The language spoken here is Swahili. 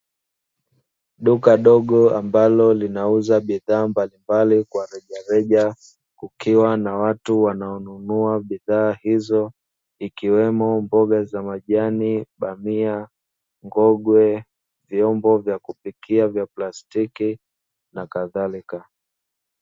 Duka dogo ambalo linauza bidhaa mbalimbali kwa rejareja kukiwa na watu wanaonunua bidhaa hizo, ikiwemo mboga za majani, bamia, ngogwe, mboga, vyombo vya kupikia, plastiki na kadhalika.